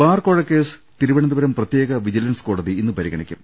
bar കോഴ case Thiruvananthapuram പ്രത്യേക vigilance കോടതി ഇന്ന് പരിഗണിക്കും